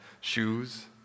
shoes